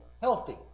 healthy